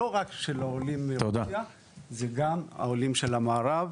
רק לעולים מרוסיה אלא גם לעולי המערב.